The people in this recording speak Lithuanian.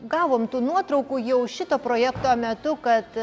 gavom tų nuotraukų jau šito projekto metu kad